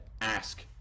ask